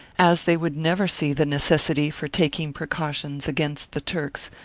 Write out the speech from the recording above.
as they would never see the necessity for taking precautions against the turks,